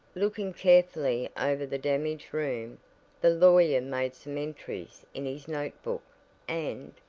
looking carefully over the damaged room the lawyer made some entries in his note book and,